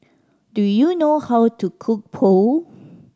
do you know how to cook Pho